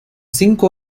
cinco